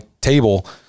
table